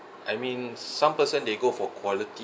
I mean some person they go for quality